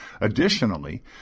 Additionally